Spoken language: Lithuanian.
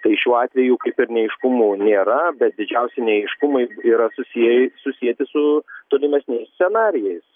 tai šiuo atveju kaip ir neaiškumų nėra bet didžiausi neaiškumai yra susieji susieti su tolimesniais scenarijais